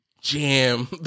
jam